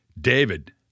David